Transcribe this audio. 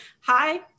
hi